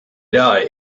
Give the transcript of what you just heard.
die